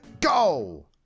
Go